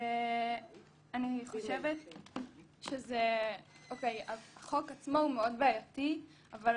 אני חושבת שהחוק עצמו הוא מאוד בעייתי אבל